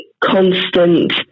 constant